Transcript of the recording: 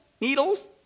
needles